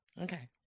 Okay